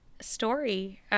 story